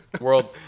World